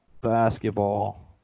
Basketball